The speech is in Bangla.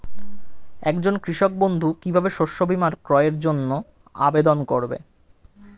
একজন কৃষক বন্ধু কিভাবে শস্য বীমার ক্রয়ের জন্যজন্য আবেদন করবে?